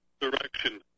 direction